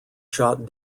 shot